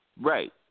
right